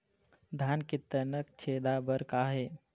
धान के तनक छेदा बर का हे?